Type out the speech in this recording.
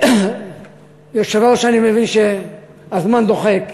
אדוני היושב-ראש, אני מבין שהזמן דוחק.